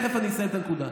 אני אסיים את הנקודה.